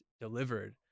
delivered